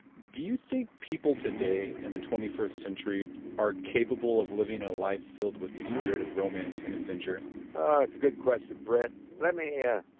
do you think people today in the twenty first century are capable of living a life filled with the spirit of romance and adventure? it's like a good question, brett. let me yeah